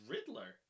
Riddler